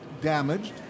damaged